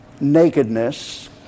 nakedness